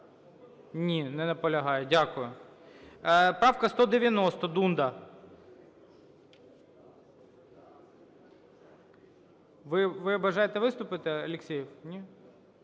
Ні, не наполягає. Дякую. Правка 190, Дунда. Ви бажаєте виступити Алєксєєв? Ні?